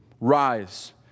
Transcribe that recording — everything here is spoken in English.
Rise